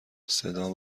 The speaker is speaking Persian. صدام